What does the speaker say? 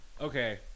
Okay